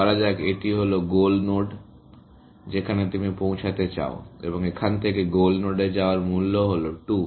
ধরা যাক এটি গোল নোড যেখানে তুমি পৌঁছাতে চাও এবং এখান থেকে গোল নোডে যাওয়ার মূল্য হল 2